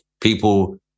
people